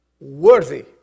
worthy